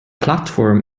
platform